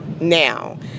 Now